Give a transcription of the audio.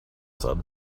said